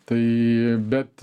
tai bet